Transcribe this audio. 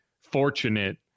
fortunate